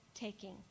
taking